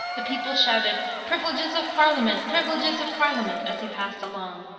the people shouted, privileges of parliament! privileges of parliament. as he passed along.